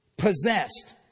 Possessed